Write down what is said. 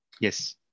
Yes